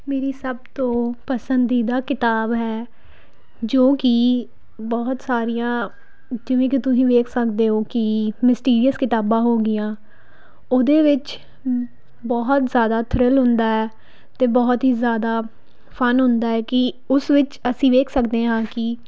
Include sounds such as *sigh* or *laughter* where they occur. ਮੇਰੀ ਸਭ ਤੋਂ ਪਸੰਦੀਦਾ ਕਿਤਾਬ ਹੈ ਜੋ ਕਿ ਬਹੁਤ ਸਾਰੀਆਂ ਜਿਵੇਂ ਕੀ ਤੁਸੀਂ ਵੇੇਖ ਸਕਦੇ ਹੋ ਕਿ ਮਿਸਟੀਰੀਅਸ ਕਿਤਾਬਾਂ ਹੋ ਗਈਆਂ ਉਹਦੇ ਵਿੱਚ *unintelligible* ਬਹੁਤ ਜ਼ਿਆਦਾ ਥ੍ਰਲ ਹੁੰਦਾ ਹੈ ਅਤੇ ਬਹੁਤ ਹੀ ਜ਼ਿਆਦਾ ਫਨ ਹੁੰਦਾ ਹੈ ਕਿ ਉਸ ਵਿੱਚ ਅਸੀਂ ਵੇਖ ਸਕਦੇ ਹਾਂ ਕਿ